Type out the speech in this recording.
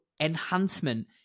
enhancement